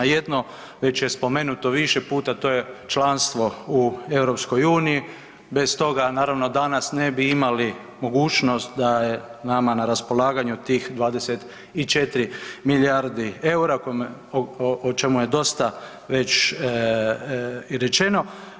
Jedno već je spomenuto više puta, to je članstvo u EU, bez toga naravno danas ne bi imali mogućnost da je nama na raspolaganju tih 24 milijardi EUR-a, o čemu je dosta već i rečeno.